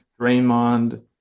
Draymond